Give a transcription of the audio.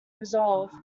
resolve